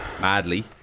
madly